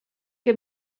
que